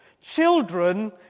Children